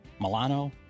Milano